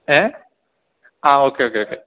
ഏ ആ okay okay okay